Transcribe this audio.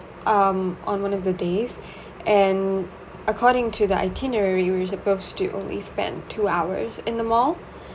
um on one of the days and according to the itinerary we were supposed to spend two hours in the mall